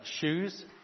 shoes